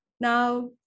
Now